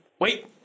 Wait